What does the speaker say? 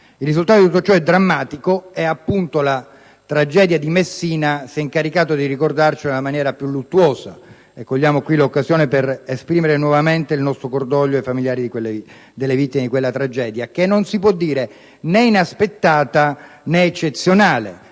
Il risultato di tutto ciò è drammatico e proprio la tragedia di Messina ce lo ha ricordato nella maniera più luttuosa. Cogliamo l'occasione per esprimere nuovamente il nostro cordoglio ai familiari delle vittime di quella tragedia, che non si può dire né inaspettata né eccezionale.